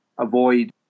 avoid